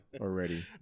already